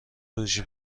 فروشی